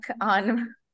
on